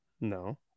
No